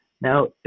Now